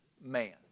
man